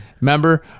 Remember